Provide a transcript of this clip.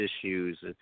issues